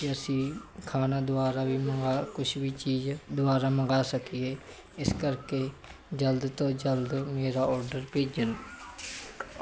ਕਿ ਅਸੀਂ ਖਾਣਾ ਦੁਬਾਰਾ ਵੀ ਮੰਗਾ ਕੁਛ ਵੀ ਚੀਜ਼ ਦੁਬਾਰਾ ਮੰਗਾ ਸਕੀਏ ਇਸ ਕਰਕੇ ਜਲਦ ਤੋਂ ਜਲਦ ਮੇਰਾ ਓਡਰ ਭੇਜਣ